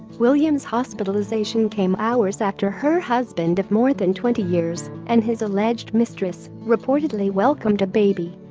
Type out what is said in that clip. williams' hospitalization came hours after her husband of more than twenty years, and his alleged mistress, reportedly welcomed a baby